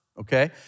okay